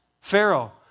Pharaoh